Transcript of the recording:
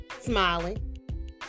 smiling